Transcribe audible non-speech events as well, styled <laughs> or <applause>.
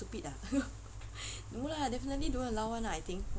they stupid ah <laughs> no lah definitely don't allow [one] lah I think